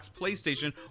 PlayStation